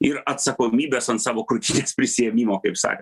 ir atsakomybės ant savo krūtinės prisiėmimo kaip sako